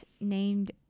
named